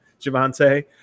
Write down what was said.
javante